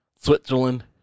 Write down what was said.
Switzerland